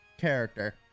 character